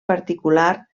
particular